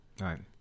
Right